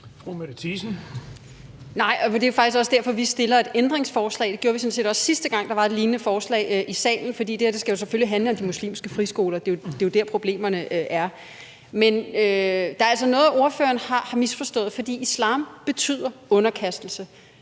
Det er faktisk også derfor, at vi stiller et ændringsforslag. Det gjorde vi sådan set også, sidste gang der var et lignende forslag til behandling i salen, for det skal selvfølgelig handle om de muslimske friskoler. Det er jo der, problemerne er. Der er altså noget, ordføreren har misforstået, for islam betyder underkastelse.